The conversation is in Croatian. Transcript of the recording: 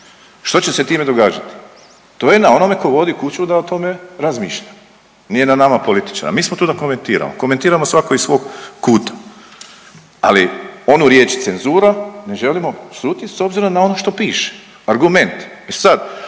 Što će time događati? To je na onome tko vodi kuću da o tome razmišlja, nije na nama političarima. Mi smo tu da komentiramo. Komentiramo svako iz svog kuta. Ali onu riječ cenzura ne želimo …/Govornik se ne razumije./… s obzirom na ono što piše. Argument